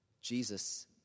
Jesus